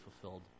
fulfilled